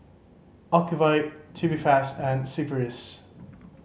Ocuvite Tubifast and Sigvaris